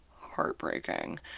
heartbreaking